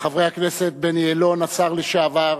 חבר הכנסת בני אלון, השר לשעבר,